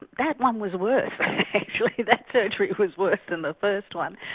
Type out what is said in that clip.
and that one was worse actually. that surgery was worse than the first one.